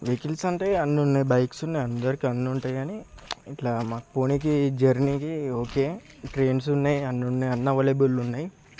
vehicles అంటే అన్నీ ఉన్నాయి బైక్స్ ఉన్నాయి అందరికీ అన్నీ ఉంటాయి కానీ ఇలా మాకు పోవడానికి జర్నీకి ఓకే ట్రైన్స్ ఉన్నాయి అన్నీ అవైలేబుల్ ఉన్నాయి